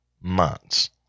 months